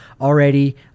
already